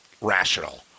rational